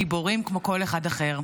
גיבורים, כמו כל אחד אחר.